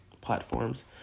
platforms